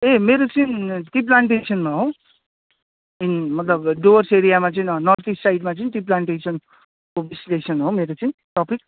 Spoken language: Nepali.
ए मेरो चाहिँ टी प्लान्टेसनमा हो अँ मतलब डुवर्स एरियामा चाहिँ नर्थ इस्ट साइडमा जुन त्यो प्लान्टेसनको विश्लेषण हो मेरो चाहिँ टपिक